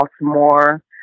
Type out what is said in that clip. Baltimore